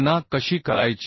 गणना कशी करायची